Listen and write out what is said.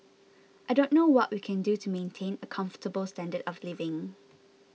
I don't know what we can do to maintain a comfortable standard of living